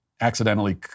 accidentally